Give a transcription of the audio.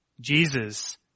Jesus